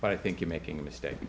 but i think you making a mistake